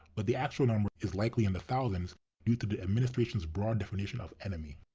but the actual number is likely in the thousands due to the administration's broad definition of enemy.